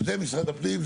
זה משרד הפנים,